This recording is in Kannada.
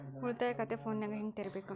ಉಳಿತಾಯ ಖಾತೆ ಫೋನಿನಾಗ ಹೆಂಗ ತೆರಿಬೇಕು?